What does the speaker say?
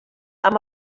amb